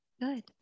Good